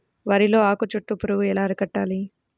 వరిలో ఆకు చుట్టూ పురుగు ఎలా అరికట్టాలి?